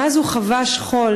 מאז הוא חווה שכול,